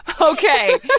Okay